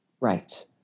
Right